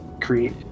Create